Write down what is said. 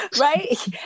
Right